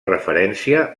referència